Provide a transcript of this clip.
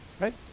Right